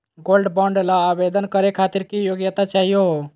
Gold bond ल आवेदन करे खातीर की योग्यता चाहियो हो?